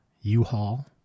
U-Haul